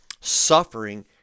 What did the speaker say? suffering